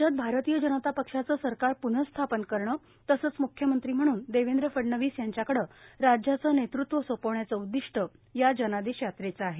राज्यात भारतीय जनता पक्षाचं सरकार पुनः स्थापन करणे तसंच मुख्यमंत्री म्हणून देवेद्र फडणवीस यांच्याकडे राज्याचं नेतृत्व सोपवण्याचं उद्दिश्ट या जनादेश यात्रेचं आहे